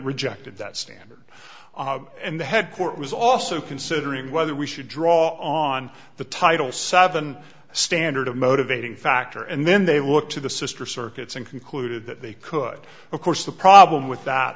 rejected that standard and the head court was also considering whether we should draw on the title seven standard of motivating factor and then they looked to the sister circuits and concluded that they could of course the problem with that